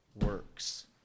works